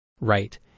Right